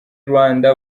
rwanda